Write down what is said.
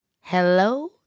Hello